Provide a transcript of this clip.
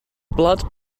blood